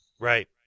Right